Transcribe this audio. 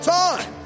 time